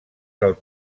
del